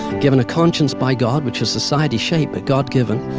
given a conscience by god which is society-shaped but god-given.